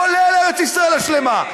כולל ארץ-ישראל השלמה.